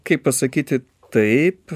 kaip pasakyti taip